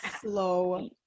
slow